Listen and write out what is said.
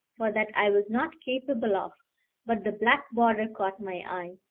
for that i was not capable of but the black border caught my eye.